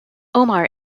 omar